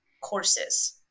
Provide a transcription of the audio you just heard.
courses